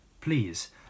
Please